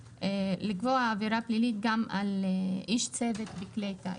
לקבוע עבירה פלילית גם על איש צוות בכלי טיס.